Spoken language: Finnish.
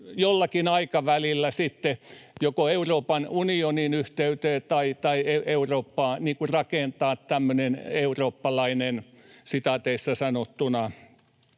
jollakin aikavälillä joko Euroopan unionin yhteyteen tai Eurooppaan rakentaa tämmöinen eurooppalainen ”Nato” ja